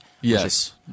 Yes